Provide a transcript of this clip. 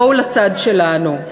בואו לצד שלנו.